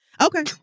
Okay